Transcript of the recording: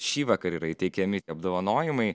šįvakar yra įteikiami apdovanojimai